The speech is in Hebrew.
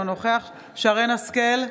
אינו נוכח שרן מרים השכל,